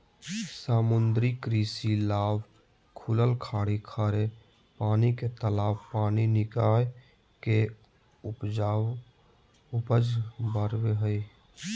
समुद्री कृषि लाभ खुलल खाड़ी खारे पानी के तालाब पानी निकाय के उपज बराबे हइ